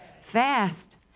Fast